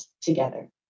together